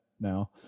now